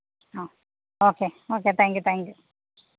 ആ okay okay thank you thank you